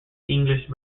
english